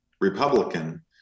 Republican